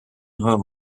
erreur